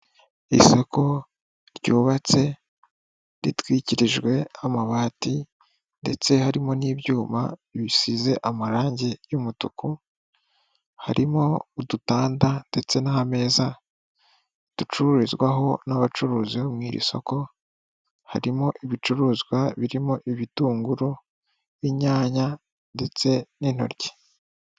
Isoko ryubatse ritwikirijwe amabati ndetse harimo n'ibyuma bisize amarange y'umutuku harimo udutanda ndetse n'amezaza ducururizwaho n'abacuruzi mui iri soko harimo ibicuruzwa birimo ibitunguru inyanya ndetse n'intoryi.